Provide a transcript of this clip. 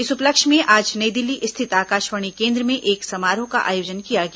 इस उपलक्ष्य में आज नई दिल्ली स्थित आकाशवाणी केन्द्र में एक समारोह का आयोजन किया गया